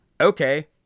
okay